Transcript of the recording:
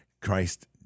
Christ